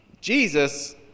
Jesus